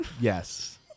Yes